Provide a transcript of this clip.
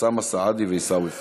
אוסאמה סעדי ועיסאווי פריג'.